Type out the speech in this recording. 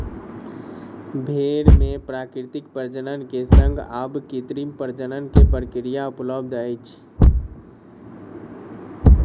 भेड़ मे प्राकृतिक प्रजनन के संग आब कृत्रिम प्रजनन के प्रक्रिया उपलब्ध अछि